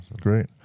Great